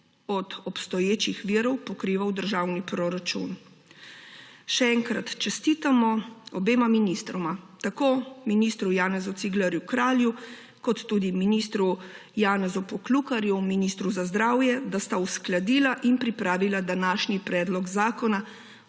od obstoječih virov pokrival državni proračuna. Še enkrat čestitamo obema ministroma tako ministru Janezu Ciglerju Kralju kot tudi ministru Janeza Poklukarju, ministru za zdravje, da sta uskladila in pripravila današnji Predlog zakona